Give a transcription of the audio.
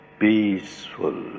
peaceful